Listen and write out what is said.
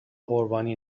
قربانی